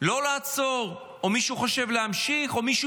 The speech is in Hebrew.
לא לעצור או מישהו חושב להמשיך או מישהו